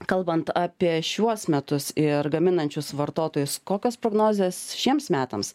kalbant apie šiuos metus ir gaminančius vartotojus kokios prognozes šiems metams